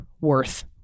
worth